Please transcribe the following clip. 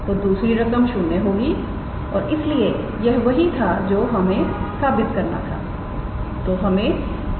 तो दूसरी रकम 0 होगी और इसलिए यह वही था जो हमें साबित करना चाहते थे